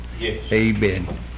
Amen